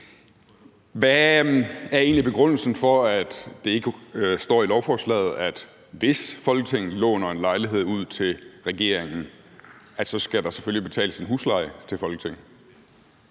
egentlig begrundelsen for, at det ikke står i lovforslaget, at hvis Folketinget låner en lejlighed ud til regeringen, skal der selvfølgelig betales en husleje til Folketinget?